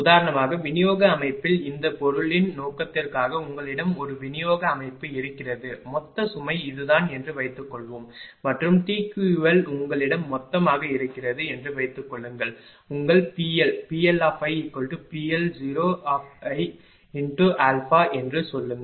உதாரணமாக விநியோக அமைப்பில் இந்த பொருளின் நோக்கத்திற்காக உங்களிடம் ஒரு விநியோக அமைப்பு இருக்கிறது மொத்த சுமை இதுதான் என்று வைத்துக்கொள்வோம் மற்றும் TQL உங்களிடம் மொத்தமாக இருக்கிறது என்று வைத்துக்கொள்ளுங்கள் உங்கள் PL PLiPL0×α என்று சொல்லுங்கள்